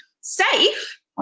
safe